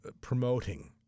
promoting